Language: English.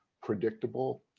predictable,